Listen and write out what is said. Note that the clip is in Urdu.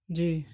جی